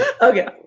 okay